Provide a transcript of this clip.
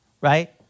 Right